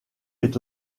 est